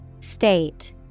State